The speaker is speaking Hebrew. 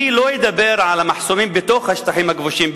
אני לא אדבר על המחסומים בתוך השטחים הכבושים,